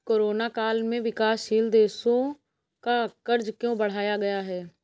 Corona काल में विकासशील देशों का कर्ज क्यों बढ़ गया है?